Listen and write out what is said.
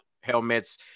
helmets